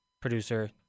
producer